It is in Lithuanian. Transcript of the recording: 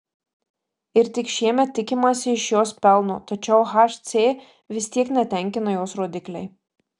ir tik šiemet tikimasi iš jos pelno tačiau hc vis tiek netenkina jos rodikliai